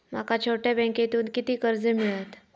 माका छोट्या बँकेतून किती कर्ज मिळात?